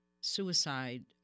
suicide